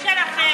שלכם.